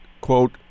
quote